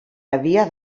havia